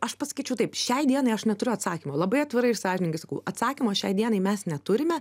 aš pasakyčiau taip šiai dienai aš neturiu atsakymo labai atvirai iš sąžinigai sakau atsakymo šiai dienai mes neturime